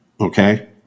okay